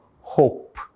hope